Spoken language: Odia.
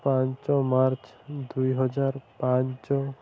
ପାଞ୍ଚ ମାର୍ଚ୍ଚ ଦୁଇହଜାର ପାଞ୍ଚ